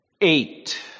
Eight